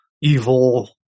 evil